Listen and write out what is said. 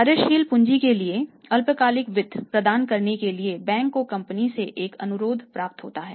कार्यशील पूंजी के लिए अल्पकालिक वित्त प्रदान करने के लिए बैंक को कंपनी से एक अनुरोध प्राप्त होता है